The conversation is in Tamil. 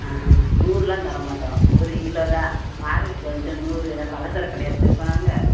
ஆ நூறெலாம் தர மாட்டோம் ஒரு கிலோ தான் மார்க்கெட்டுக்கு வந்துட்டு நூறு என்ன பலசரக்கு கடையா வச்சுருக்கோம் நாங்கள்